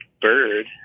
bird